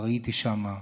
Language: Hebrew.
וראיתי שם,